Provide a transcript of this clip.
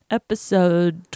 episode